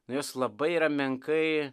nu jos labai yra menkai